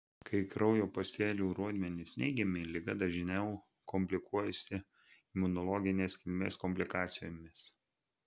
kai kraujo pasėlių rodmenys neigiami liga dažniau komplikuojasi imunologinės kilmės komplikacijomis